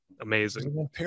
Amazing